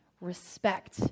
respect